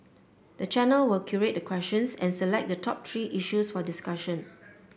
the channel will curate the questions and select the top three issues for discussion